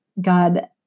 God